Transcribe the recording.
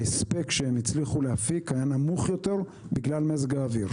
ההספק שהן הצליחו להפיק היה נמוך יותר בגלל מזג האוויר.